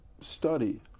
study